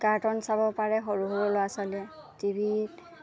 carton চাব পাৰে সৰু সৰু ল'ৰা ছোৱালীয়ে টি ভিত